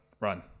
run